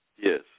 Yes